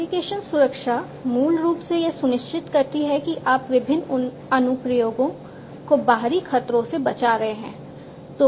application सुरक्षा मूल रूप से यह सुनिश्चित करती है कि आप विभिन्न अनुप्रयोगों को बाहरी खतरों से बचा रहे हैं